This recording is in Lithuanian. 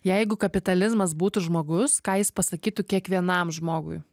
jeigu kapitalizmas būtų žmogus ką jis pasakytų kiekvienam žmogui